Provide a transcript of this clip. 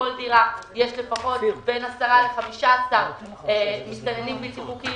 בכל דירה יש בין 10 15 מסתננים בלתי חוקיים,